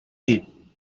mean